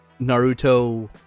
Naruto